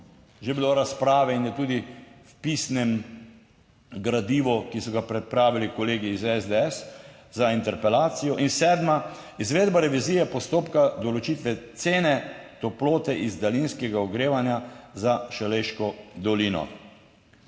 že bilo razprave in je tudi v pisnem gradivu, ki so ga pripravili kolegi iz SDS za interpelacijo. In sedma, izvedba revizije postopka določitve cene toplote iz daljinskega ogrevanja za Šaleško dolino.